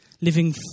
living